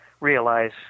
realize